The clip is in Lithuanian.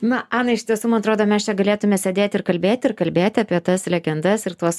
na ana iš tiesų man atrodo mes čia galėtume sėdėti ir kalbėti ir kalbėti apie tas legendas ir tuos